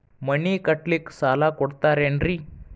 ಮನಿ ಕಟ್ಲಿಕ್ಕ ಸಾಲ ಕೊಡ್ತಾರೇನ್ರಿ?